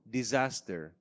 disaster